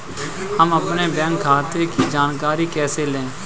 हम अपने बैंक खाते की जानकारी कैसे लें?